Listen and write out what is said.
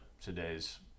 today's –